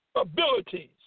abilities